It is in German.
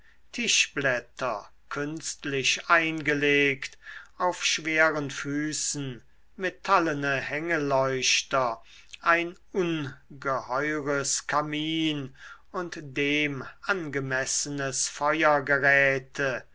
tischblätter künstlich eingelegt auf schweren füßen metallene hängeleuchter ein ungeheures kamin und dem angemessenes